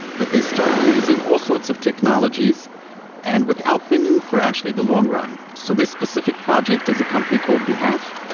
that they start using all sorts of technologies and without thinking for actually the long run. so this specific project is a company called behalf,